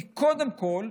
היא קודם כול,